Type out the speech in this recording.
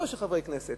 לא של חברי כנסת,